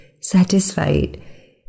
satisfied